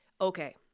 okay